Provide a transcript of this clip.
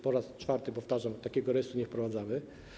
Po raz czwarty powtarzam: takiego rejestru nie wprowadzamy.